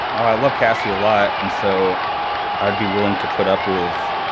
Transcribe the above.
i love cassie a lot. and so i'd be willing to put up with